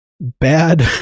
bad